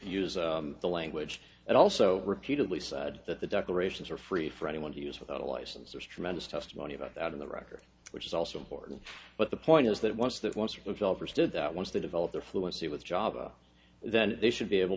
use of the language and also repeatedly said that the dr races are free for anyone to use without a license there's tremendous testimony about that in the record which is also important but the point is that once that once or booksellers did that once they develop their fluency with java then they should be able